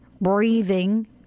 breathing